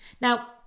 Now